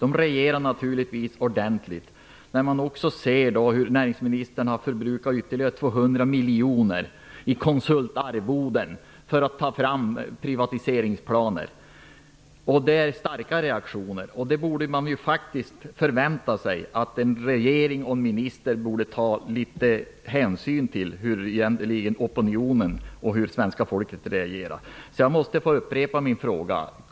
De reagerar naturligtvis ordentligt när de ser hur näringsministern förbrukar ytterligare 200 miljoner kronor i konsultarvoden för att ta fram privatiseringsplaner. Det är starka reaktioner. Man förväntar sig att en regering och en minister tar hänsyn till hur opinionen, dvs. svenska folket, reagerar. Jag måste få upprepa min fråga.